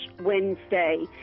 Wednesday